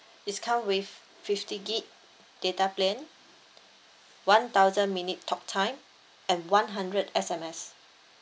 it's come with fifty gig data plan one thousand minute talk time and one hundred S_M_S